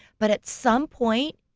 but at some point,